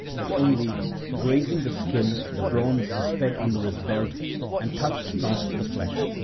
but only grazing the skin the bronze sped under his belt and touched not the flesh.